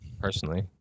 personally